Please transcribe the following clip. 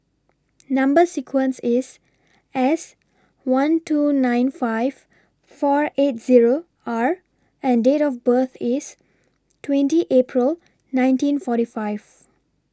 Number sequence IS S one two nine five four eight Zero R and Date of birth IS twenty April nineteen forty five